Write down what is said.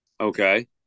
Okay